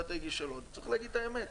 צריך להגיד את האמת,